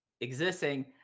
existing